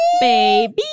Baby